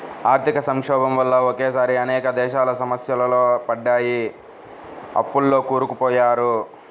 ఆర్థిక సంక్షోభం వల్ల ఒకేసారి అనేక దేశాలు సమస్యల్లో పడ్డాయి, అప్పుల్లో కూరుకుపోయారు